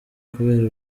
kubera